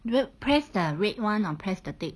you press the red [one] or press the tape